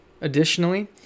Additionally